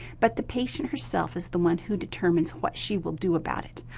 but the patient herself is the one who determines what she will do about it.